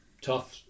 tough